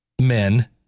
men